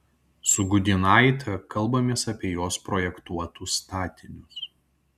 su gudynaite kalbamės apie jos projektuotus statinius